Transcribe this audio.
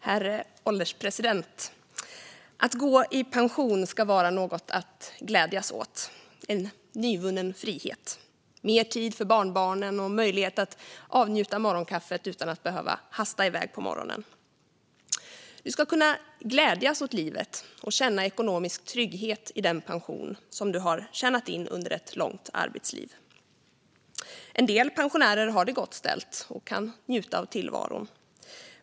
Herr ålderspresident! Att gå i pension ska vara något att glädjas åt - en nyvunnen frihet med mer tid för barnbarnen och möjlighet och att avnjuta morgonkaffet utan att behöva hasta iväg. Du ska kunna glädjas åt livet och känna ekonomisk trygghet i den pension som du har tjänat in under ett långt arbetsliv. En del pensionärer har det gott ställt och kan njuta av tillvaron.